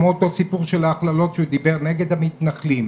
כמו אותו סיפור של הכללות שהוא דיבר נגד המתנחלים,